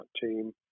team